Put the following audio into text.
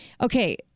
Okay